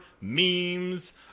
memes